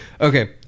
Okay